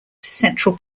central